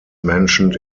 mentioned